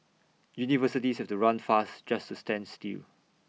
universities have to run fast just to stand still